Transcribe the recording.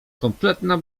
kompletna